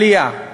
עלייה,